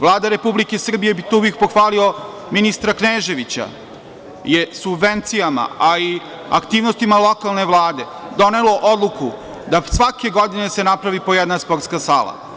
Vlada Republike Srbije je, i tu bih pohvalio ministra Kneževića, je subvencijama i aktivnostima lokalne vlade, donela odluku da se svake godine napravi po jedna sportska sala.